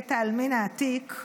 בית העלמין העתיק,